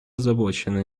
озабочена